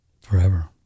forever